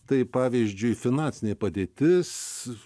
tai pavyzdžiui finansinė padėtis